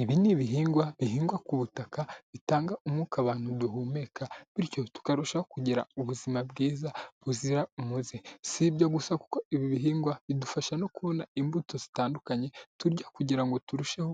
Ibi ni ibihingwa bihingwa ku butaka bitanga umwuka abantu duhumeka bityo tukarushaho kugira ubuzima bwiza buzira umuze si ibyo gusa kuko ibi bihingwa bidufasha no kubona imbuto zitandukanye turya kugira ngo turusheho